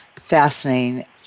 Fascinating